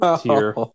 tier